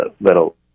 that'll